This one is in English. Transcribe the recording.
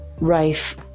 Rife